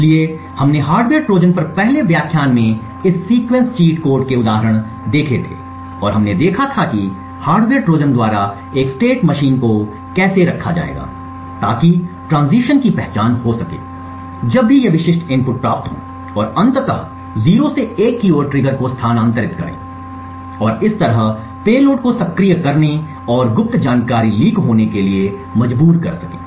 इसलिए हमने hardware Trojan पर पहले व्याख्यान में इस सीक्वेंस चीट कोड के उदाहरण देखे थे और हमने देखा था कि हार्डवेयर ट्रोजन द्वारा एक स्टेट मशीन को कैसे रखा जाएगा ताकि ट्रांजीशन की पहचान हो सके जब भी ये विशिष्ट इनपुट प्राप्त हों और अंततः 0 से 1 की और ट्रिगर को स्थानांतरित करें और इस तरह पेलोड को सक्रिय करने और गुप्त जानकारी लीक होने के लिए मजबूर कर सके